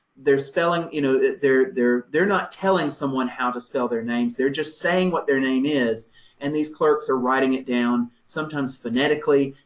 their spelling, you know, they're they're not telling someone how to spell their names they're just saying what their name is and these clerks are writing it down, sometimes phonetically,